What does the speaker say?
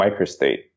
microstate